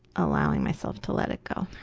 allowing myself to let it go.